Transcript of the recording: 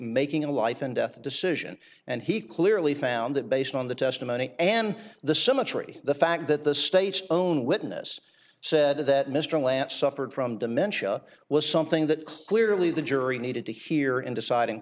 making a life and death decision and he clearly found that based on the testimony and the symmetry the fact that the state's own witness said that mr lance suffered from dementia was something that clearly the jury needed to hear in deciding